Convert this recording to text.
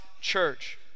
church